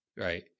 right